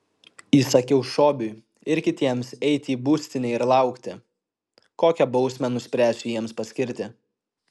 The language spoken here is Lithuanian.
įsakiau šobiui ir kitiems eiti į būstinę ir laukti kokią bausmę nuspręsiu jiems paskirti